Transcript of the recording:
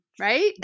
Right